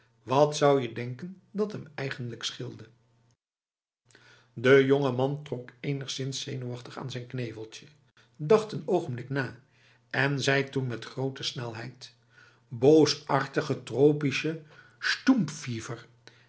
wat zou je denken dat hem eigenlijk scheelde de jongeman trok enigszins zenuwachtig aan zijn kneveltje dacht een ogenblik na en zei toen met grote snelheid bsartige tropische